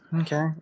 okay